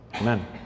amen